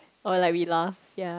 or like we laugh ya